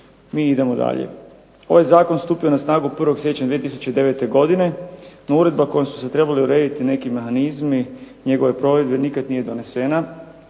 mi idemo dalje. Ovaj zakon je stupio na snagu 1. siječnja 2009. godine, no uredba kojom su se trebali urediti neki mehanizmi, njegova provedba nikad nije donesena